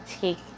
take